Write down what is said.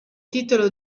titolo